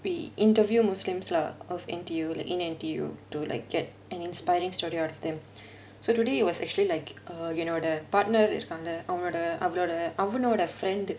we interview muslims lah of N_T_U like in N_T_U to like get an inspiring story out of them so today it was actually like uh you know the என்னோட:ennoda partner இருக்கான்ல அவரோட அவனோட அவனோட:irukaanla avaroda avanoda avanoda friend